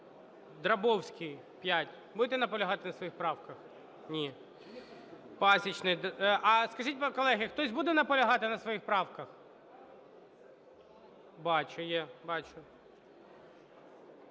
Драбовський – 5. Будете наполягати на своїх правках? Ні. Пасічний… А скажіть, колеги, хтось буде наполягати на своїх правках? Бачу, є, бачу.